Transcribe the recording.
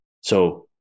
So-